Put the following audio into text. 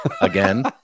again